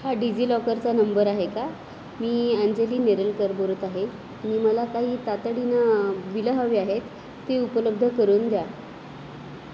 हा डिजिलॉकरचा नंबर आहे का मी अंजली नेरलकर बोलत आहे तुम्ही मला काही तातडीनं बिलं हवी आहेत ती उपलब्ध करून द्या